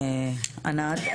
ענת.